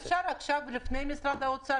האם אפשר לשאול שאלה עכשיו, לפני משרד האוצר?